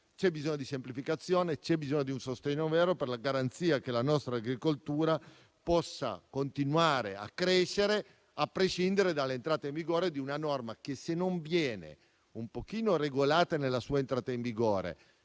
c'è bisogno di semplificazione, c'è bisogno di un sostegno vero per la garanzia che la nostra agricoltura possa continuare a crescere, a prescindere dall'entrata in vigore di una norma che, se non viene in qualche misura regolata nella sua entrata in vigore,